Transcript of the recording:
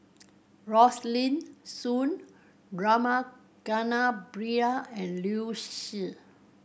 Rosaline Soon Rama Kannabiran and Liu Si